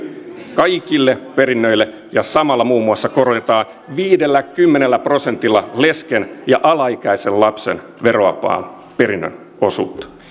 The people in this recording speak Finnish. kaikille perinnöille ja samalla muun muassa korotetaan viidelläkymmenellä prosentilla lesken ja alaikäisen lapsen verovapaan perinnön osuutta